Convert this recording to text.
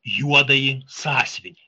juodąjį sąsiuvinį